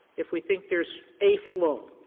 if we think there's a flaw,